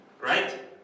Right